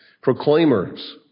proclaimers